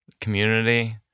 community